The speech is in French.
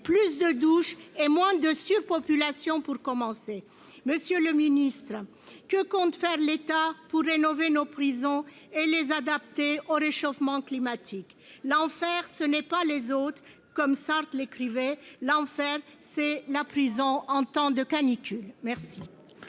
plus de douches et moins de surpopulation pour commencer. Monsieur le ministre, que compte faire l'État pour rénover nos prisons et les adapter au réchauffement climatique ? L'enfer, ce n'est pas les autres, comme Sartre l'écrivait. L'enfer, c'est la prison en temps de canicule. La